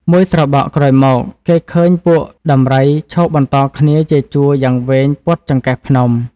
មួយស្របក់ក្រោយមក គេឃើញពួកដំរី ឈរបន្តគ្នាជាជួរយ៉ាងវែងព័ទ្ធចង្កេះភ្នំ ។